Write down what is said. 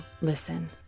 listen